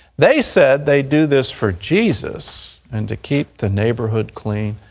they said they do this for jesus and to keep the neighborhood clean.